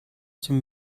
dem